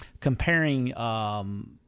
comparing –